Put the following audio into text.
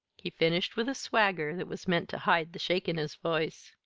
he finished with a swagger that was meant to hide the shake in his voice.